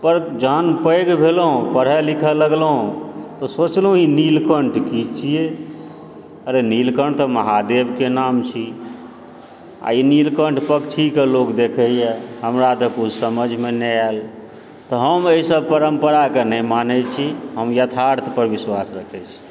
पर जहन पैघ भेलहुँ पढऽ लिखऽ लगलहुँ तऽ सोचलहुँ ई नीलकण्ठ की छियै अरे नीलकण्ठ तऽ महादेवके नाम छी आ ई नीलकण्ठ पक्षी कऽ लोग देखैए हमरा तऽ किछु समझ नहि आएल तऽ हम एहि सब परम्परा कऽ नहि मानै छी हम यथार्थ पर विश्वास रखैत छी